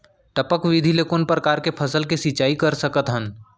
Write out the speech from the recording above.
टपक विधि ले कोन परकार के फसल के सिंचाई कर सकत हन?